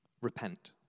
Repent